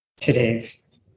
today's